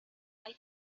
hay